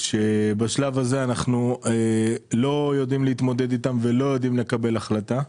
שבשלב הזה אנחנו לא יודעים להתמודד איתן ולא יודעים לקבל החלטה.